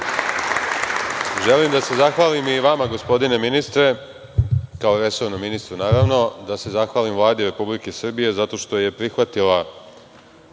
danas. Želim da se zahvalim i vama, gospodine ministre kao resornom ministru, naravno. Da se zahvalim Vladi Republike Srbije, zato što je prihvatila